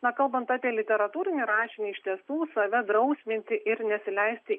na kalbant apie literatūrinį rašinį iš tiesų save drausminti ir nesileisti